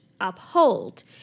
uphold